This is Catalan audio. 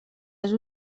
les